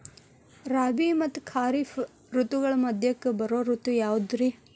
ರಾಬಿ ಮತ್ತ ಖಾರಿಫ್ ಋತುಗಳ ಮಧ್ಯಕ್ಕ ಬರೋ ಋತು ಯಾವುದ್ರೇ?